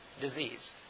disease